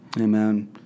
Amen